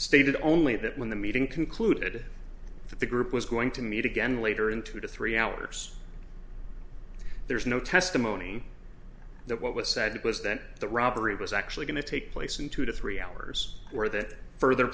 stated only that when the meeting concluded that the group was going to meet again later in two to three hours there's no testimony that what was said was that the robbery was actually going to take place in two to three hours or that further